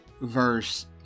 verse